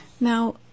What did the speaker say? Now